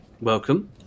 welcome